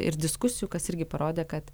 ir diskusijų kas irgi parodė kad